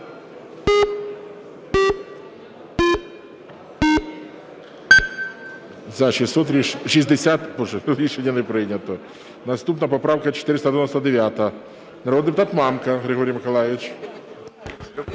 За-60 Рішення не прийнято. Наступна поправка 499, народний депутат Мамка Григорій Миколайович.